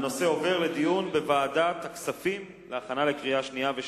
2009, לוועדת הכספים נתקבלה.